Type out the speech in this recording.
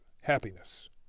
happiness